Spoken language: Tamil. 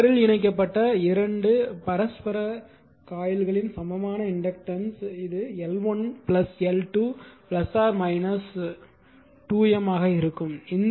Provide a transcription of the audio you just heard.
அதாவது தொடரில் இணைக்கப்பட்ட 2 பரஸ்பர இணைந்த காயில்களின் சமமான இண்டக்டன்ஸ் இது L1 L2 2 M ஆக இருக்கும்